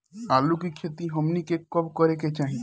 आलू की खेती हमनी के कब करें के चाही?